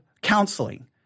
counseling